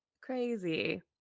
Crazy